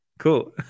cool